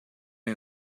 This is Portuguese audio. não